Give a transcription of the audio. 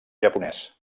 japonès